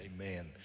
Amen